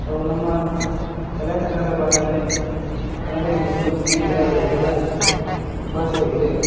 ಅವು ನಮ್ಮ ಕಲ್ಯಾಣ ಕರ್ನಾಟಕ ಭಾಗದಲ್ಲಿ ಕನ್ನಡ ಎಂಬುವುದು ಅನೇಕ ಥರದ ವಿಧದ ಭಾಷೆ ಆಗಿದೆ